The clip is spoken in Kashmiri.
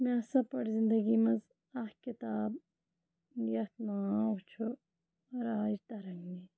مےٚ سا پٔر زنٛدگی منٛز اَکھ کِتاب یَتھ ناو چھُ راج ترنگی